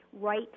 right